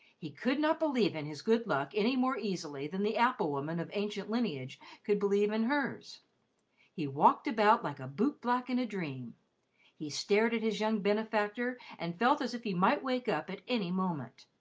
he could not believe in his good luck any more easily than the apple-woman of ancient lineage could believe in hers he walked about like a boot-black in a dream he stared at his young benefactor and felt as if he might wake up at any moment.